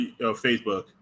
Facebook